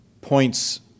points